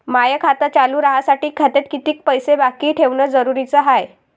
माय खातं चालू राहासाठी खात्यात कितीक पैसे बाकी ठेवणं जरुरीच हाय?